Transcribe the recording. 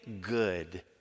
good